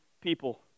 people